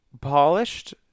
polished